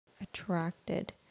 attracted